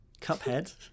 Cuphead